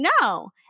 no